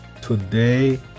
Today